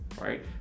right